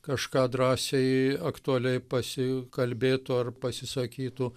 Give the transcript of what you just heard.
kažką drąsiai aktualiai pasikalbėtų ar pasisakytų